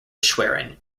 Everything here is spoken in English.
schwerin